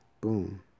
Boom